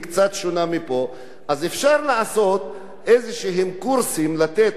אפשר לעשות איזשהם קורסים לתלמידים או לסטודנטים